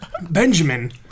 Benjamin